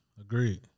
Agreed